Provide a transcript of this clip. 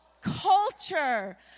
culture